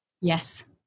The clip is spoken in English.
Yes